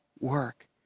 work